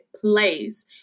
place